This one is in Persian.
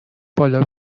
بالا